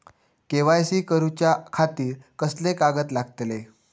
KYC करूच्या खातिर कसले कागद लागतले?